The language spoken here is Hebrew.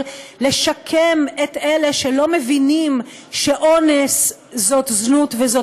לשקם את אלה שלא מבינים שזנות היא אונס,